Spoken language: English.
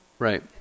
Right